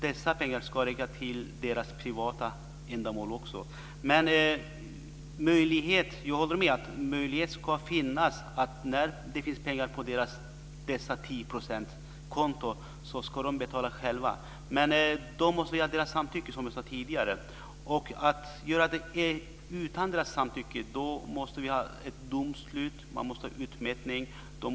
Dessa pengar ska också räcka till privata ändamål. Jag håller med om att de ska betala själva när det finns pengar på dessa 10-procentskonton, men då måste vi ha deras samtycke, som jag sade tidigare. Om vi ska göra det utan deras samtycke måste vi ha ett domslut. Det måste vara utmätning.